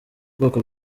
bwoko